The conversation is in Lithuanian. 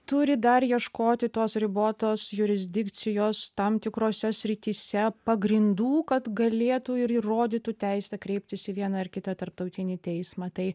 turi dar ieškoti tos ribotos jurisdikcijos tam tikrose srityse pagrindų kad galėtų ir įrodytų teisę kreiptis į vieną ar kitą tarptautinį teismą tai